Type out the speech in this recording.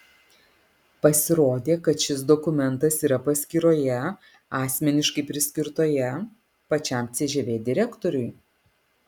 pasirodė kad šis dokumentas yra paskyroje asmeniškai priskirtoje pačiam cžv direktoriui